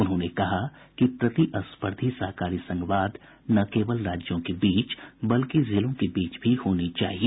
उन्होंने कहा कि प्रतिस्पर्धी सहकारी संघवाद न केवल राज्यों के बीच बल्कि जिलों के बीच भी होनी चाहिए